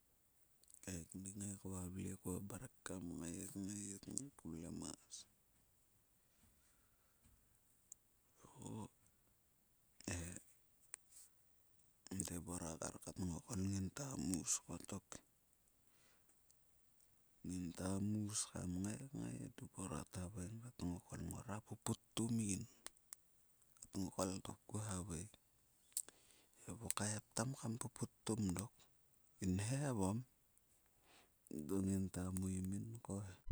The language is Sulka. Kaeknik kngai kvavle kuo mrek kam nagai ngai vlemas. Te e debora kar ka tngokol nginta mus kottok. Nginta mus kam ngai kngai e debora thavaing ka tngokol, "ngora puputum yin." Ka tngokol thopku haveing, "yi vu kaet tam kam puputum dok yin he egam." Endo ngita muimin ko he.